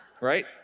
right